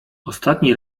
ostatnim